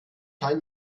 kein